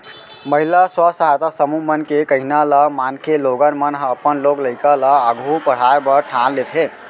महिला स्व सहायता समूह मन के कहिना ल मानके लोगन मन ह अपन लोग लइका ल आघू पढ़ाय बर ठान लेथें